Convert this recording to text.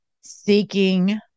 seeking